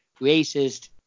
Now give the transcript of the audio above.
racist